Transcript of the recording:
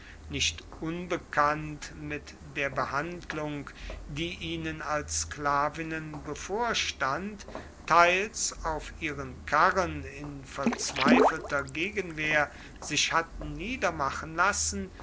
nicht unbekannt mit der behandlung die ihnen als sklavinnen bevorstand teils auf ihren karren in verzweifelter gegenwehr sich hatten niedermachen lassen